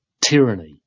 tyranny